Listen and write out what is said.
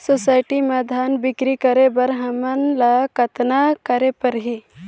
Society म धान बिक्री करे बर हमला कतना करे परही?